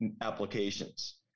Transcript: applications